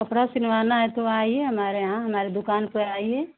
कपड़ा सिलवाना है तो आइए हमारे यहाँ हमारे दुकान पर आइए